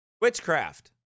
Witchcraft